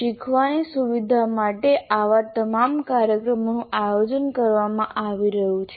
શીખવાની સુવિધા માટે આવા તમામ કાર્યક્રમોનું આયોજન કરવામાં આવી રહ્યું છે